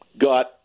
got